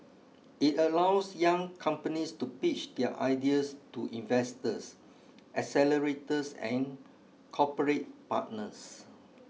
it allows young companies to pitch their ideas to investors accelerators and corporate partners